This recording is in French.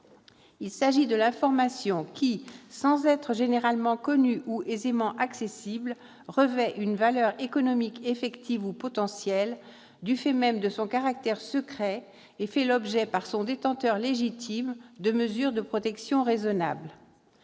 Il s'agit de l'information qui, sans être généralement connue ou aisément accessible, revêt une valeur économique effective ou potentielle du fait même de son caractère secret et fait l'objet par son détenteur légitime de mesures de protection « raisonnables